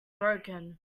broken